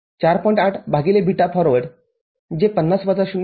८ भागिले beta forward जे ५० वजा ०